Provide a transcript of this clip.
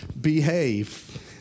behave